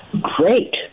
great